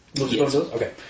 Okay